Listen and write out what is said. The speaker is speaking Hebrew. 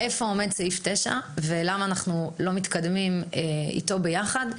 איפה עומד סעיף 9 ולמה אנחנו לא מתקדמים איתו ביחד.